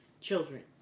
children